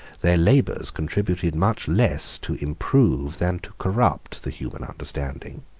their labors contributed much less to improve than to corrupt the human understanding.